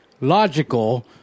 logical